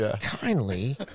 kindly